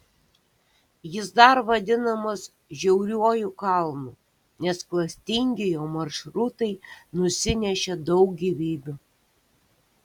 jis dar vadinamas žiauriuoju kalnu nes klastingi jo maršrutai nusinešė daug gyvybių